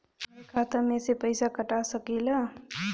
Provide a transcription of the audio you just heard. हमरे खाता में से पैसा कटा सकी ला?